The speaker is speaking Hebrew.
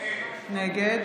נגד